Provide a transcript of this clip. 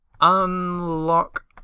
Unlock